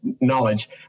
knowledge